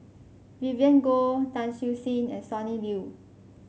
Vivien Goh Tan Siew Sin and Sonny Liew